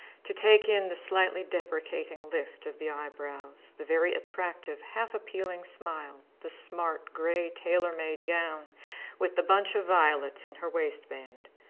to take in the slightly deprecating lift of the eyebrows, the very attractive, half appealing smile, the smart grey tailor-made gown with the bunch of violets in her waistband.